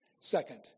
Second